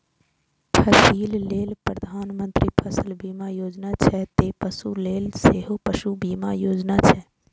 फसिल लेल प्रधानमंत्री फसल बीमा योजना छै, ते पशु लेल सेहो पशु बीमा योजना छै